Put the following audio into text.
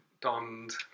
donned